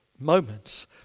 moments